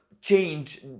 change